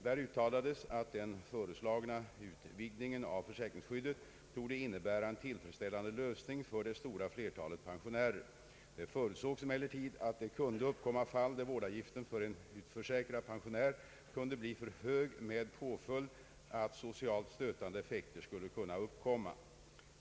Där uttalades att den föreslagna utvidgningen av försäkringsskyddet torde innebära en tillfredsställande lösning för det stora flertalet pensionärer. Det förutsågs emellertid att det kunde uppkomma fall, där vårdavgiften för en utförsäkrad pensionär kunde bli för hög med påföljd att socialt stötande effekter skulle kunna uppkomma.